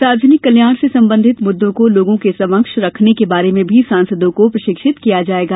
सार्वजनिक कल्याण से संबंधित मुददों को लोगों के समक्ष रखने के बारे में भी सांसदों को प्रशिक्षित किया जायेगा